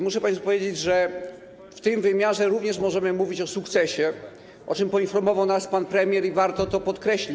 Muszę państwu powiedzieć, że w tym wymiarze również możemy mówić o sukcesie, o czym poinformował nas pan premier, i warto to podkreślić.